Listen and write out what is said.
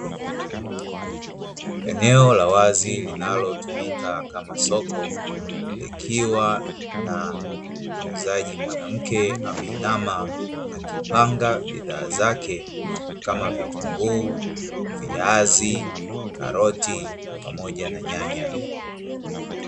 Eneo la wazi linalotumika kama soko likiwa na muuzaji mwanamke ameinama akipanga bidhaa zake kama; vitunguu, viazi, karoti pamoja na nyanya.